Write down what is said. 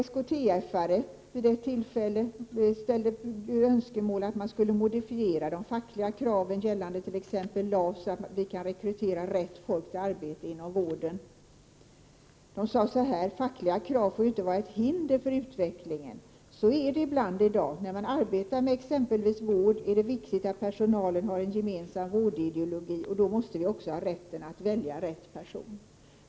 SKTF-are ställde vid ett tillfälle önskemål om att modifiera de fackliga kraven gällande t.ex. LAS, så att vi kan rekrytera rätt personer till arbete inom vården. De sade att fackliga krav inte får vara ett hinder för utvecklingen. Så är förhållandena ibland i dag. Inom vården exempelvis är det viktigt att personalen har en gemensam vårdideologi. Då måste man också ha rätten att välja rätt personer.